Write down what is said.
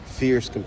Fierce